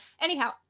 Anyhow